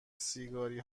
سیگاری